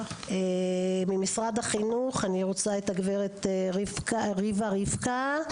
ממשרד החינוך אני רוצה את הגברת ריבה רבקה,